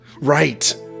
Right